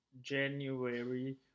January